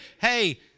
hey